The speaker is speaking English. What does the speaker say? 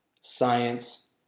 science